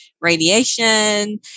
radiation